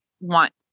want